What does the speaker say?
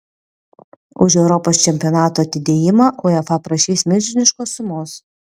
už europos čempionato atidėjimą uefa prašys milžiniškos sumos